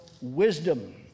wisdom